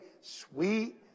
sweet